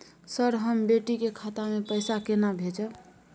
Sir, हम बेटी के खाता मे पैसा केना भेजब?